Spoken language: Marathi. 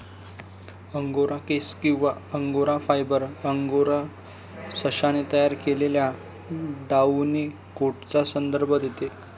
अंगोरा केस किंवा अंगोरा फायबर, अंगोरा सशाने तयार केलेल्या डाउनी कोटचा संदर्भ देते